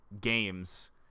games